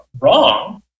wrong